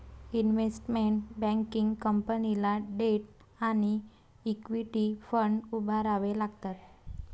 investment banking कंपनीला debt आणि equity fund उभारावे लागतात